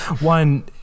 one